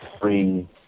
three